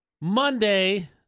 Monday